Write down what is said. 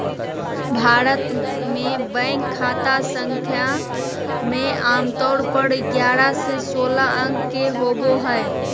भारत मे बैंक खाता संख्या मे आमतौर पर ग्यारह से सोलह अंक के होबो हय